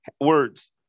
words